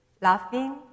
laughing